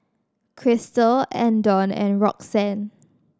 Christel Andon and Roxann